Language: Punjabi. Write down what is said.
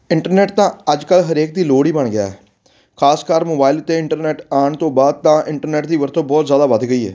ਇੰਟਰਨੈਟ ਤਾਂ ਅੱਜ ਕੱਲ ਹਰੇਕ ਦੀ ਲੋੜ ਹੀ ਬਣ ਗਿਆ ਹੈ ਖਾਸ ਕਰ ਮੋਬਾਈਲ 'ਤੇ ਇੰਟਰਨੈਟ ਆਉਣ ਤੋਂ ਬਾਅਦ ਤਾਂ ਇੰਟਰਨੈਟ ਦੀ ਵਰਤੋਂ ਬਹੁਤ ਜ਼ਿਆਦਾ ਵੱਧ ਗਈ ਹੈ